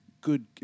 good